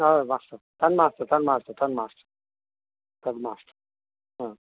ओह् मास्तु तन् मास्तु तन् मास्तु तन् मास्तु तन् मास्तु